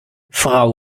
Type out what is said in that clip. frau